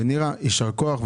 נירה, יישר כוח.